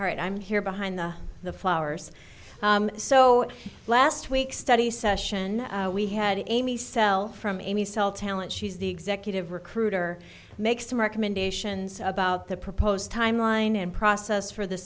all right i'm here behind the flowers so last week's study session we had amy cell from any cell talent she's the executive recruiter makes some recommendations about the proposed timeline and process for the